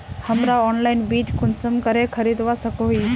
हमरा ऑनलाइन बीज कुंसम करे खरीदवा सको ही?